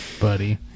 buddy